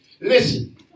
Listen